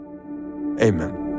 Amen